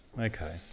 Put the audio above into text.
Okay